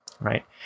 right